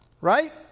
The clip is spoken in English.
right